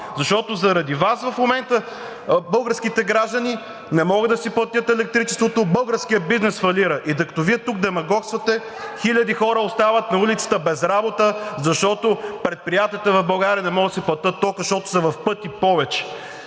защото заради Вас в момента българските граждани не могат да си платят електричеството, българският бизнес фалира. И докато Вие тук демагогствате, хиляди хора остават на улицата без работа, защото предприятията в България не могат да си платят тока, защото е в пъти повече.